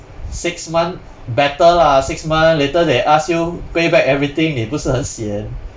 six month better lah six month later they ask you pay back everything 你不是很 sian